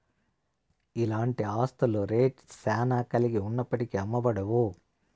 ఇలాంటి ఆస్తుల రేట్ శ్యానా కలిగి ఉన్నప్పటికీ అమ్మబడవు